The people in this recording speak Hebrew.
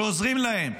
שעוזרים להם,